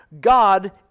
God